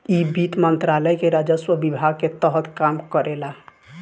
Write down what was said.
इ वित्त मंत्रालय के राजस्व विभाग के तहत काम करेला